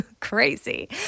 crazy